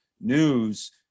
news